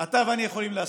אתה ואני יכולים להסכים: